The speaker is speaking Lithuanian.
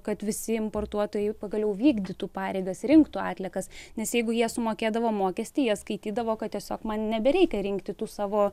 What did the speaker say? kad visi importuotojai pagaliau vykdytų pareigas rinktų atliekas nes jeigu jie sumokėdavo mokestį jie skaitydavo kad tiesiog man nebereikia rinkti tų savo